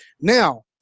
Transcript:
Now